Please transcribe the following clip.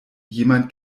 jemand